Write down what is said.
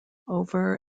over